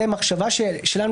זו מחשבה שלנו,